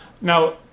Now